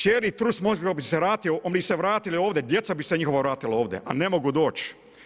Cijeli trust mozgova bi se vratili ovdje, djeca bi se njihova vratila ovdje a ne mogu doći.